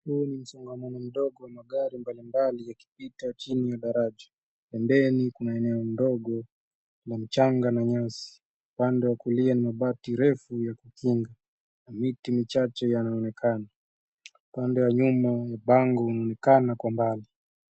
Huu ni msongamano mdogo wa magari mbali mbali yakipita chini ya jaraja. Pembeni kuna eneo ndogo la mchanga na nyasi. Upande wa kulia ni mabati refu ya kukinga na miti michache yanaonekana. Upande wa nyuma mabango yanaonekana kwa mbali.